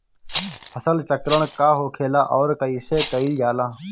फसल चक्रण का होखेला और कईसे कईल जाला?